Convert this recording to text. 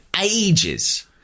ages